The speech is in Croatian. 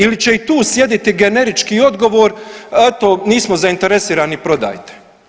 Ili će i tu sjediti generički odgovor, eto nismo zainteresirani, prodajte?